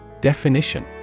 Definition